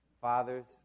fathers